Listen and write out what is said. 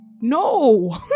no